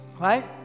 right